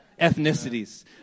ethnicities